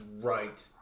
right